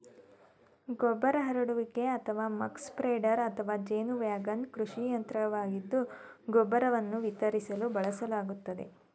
ಗೊಬ್ಬರ ಹರಡುವಿಕೆ ಅಥವಾ ಮಕ್ ಸ್ಪ್ರೆಡರ್ ಅಥವಾ ಜೇನು ವ್ಯಾಗನ್ ಕೃಷಿ ಯಂತ್ರವಾಗಿದ್ದು ಗೊಬ್ಬರವನ್ನು ವಿತರಿಸಲು ಬಳಸಲಾಗ್ತದೆ